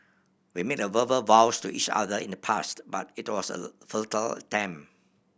we made verbal vows to each other in the past but it was a futile attempt